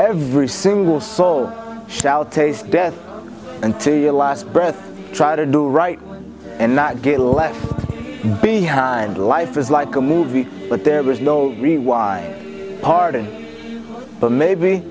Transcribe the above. every single soul shall taste death until your last breath try to do right and not get left behind life is like a movie but there was no rewind party but maybe